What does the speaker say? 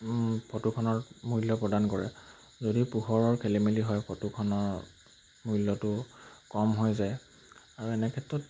ফটোখনৰ মূল্য প্ৰদান কৰে যদি পোহৰৰ খেলি মেলি হয় ফটোখনৰ মূল্যটো কম হৈ যায় আৰু এনে ক্ষেত্ৰত